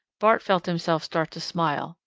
bart felt himself start to smile,